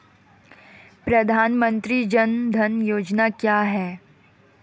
प्रधानमंत्री जन धन योजना क्या है?